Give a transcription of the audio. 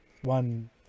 One